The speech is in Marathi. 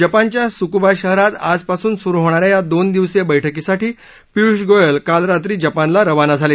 जपानच्या सुकुबा शहरात आज पासून सुरु होणाऱ्या या दोन दिवसीय बैठकीसाठी पियूष गोयल काल रात्री जपानला रवाना झाले